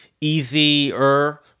easier